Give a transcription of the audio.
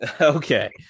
Okay